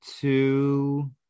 two